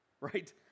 right